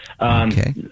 Okay